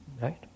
Right